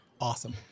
awesome